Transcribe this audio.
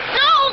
no